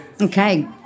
Okay